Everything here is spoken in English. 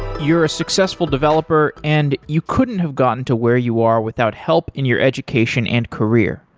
you're a successful developer and you couldn't have gotten to where you are without help in your education and career.